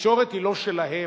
התקשורת היא לא שלהם.